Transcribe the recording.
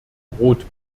roth